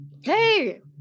hey